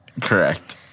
Correct